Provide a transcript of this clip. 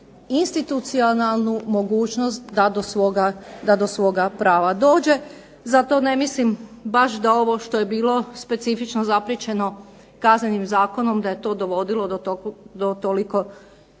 institucionalnu mogućnost da do svoga prava dođe. Zato ne mislim baš da ovo što je bilo specifično zapriječeno Kaznenim zakonom da je to dovodilo do tolikog